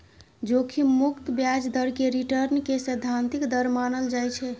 जोखिम मुक्त ब्याज दर कें रिटर्न के सैद्धांतिक दर मानल जाइ छै